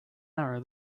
arrow